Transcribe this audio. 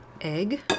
Egg